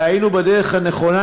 והיינו בדרך הנכונה,